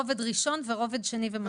כן, רובד ראשון ורובד שני ומשלים.